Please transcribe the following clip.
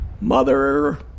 mother